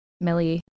Millie